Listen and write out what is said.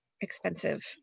expensive